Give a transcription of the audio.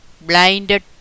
blinded